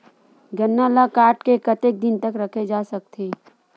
गन्ना ल काट के कतेक दिन तक रखे जा सकथे?